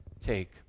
take